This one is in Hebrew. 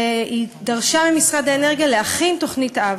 ודרשה ממשרד האנרגיה להכין תוכנית-אב.